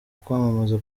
kwamamaza